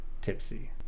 tipsy